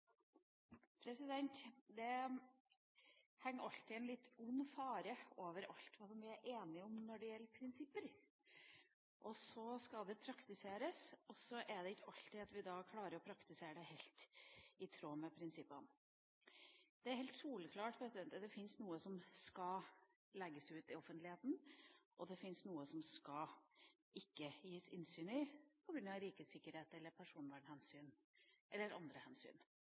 skal praktiseres, er det ikke alltid vi klarer å praktisere det helt i tråd med prinsippene. Det er helt soleklart at det finnes noe som skal legges ut i offentligheten, og det finnes noe som det ikke skal gis innsyn i på grunn av rikets sikkerhet, personvernhensyn eller andre hensyn.